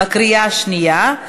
בקריאה שנייה.